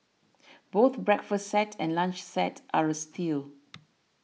both breakfast set and lunch set are a steal